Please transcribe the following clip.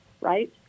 right